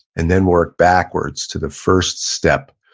and then work backwards to the first step.